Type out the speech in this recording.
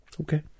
Okay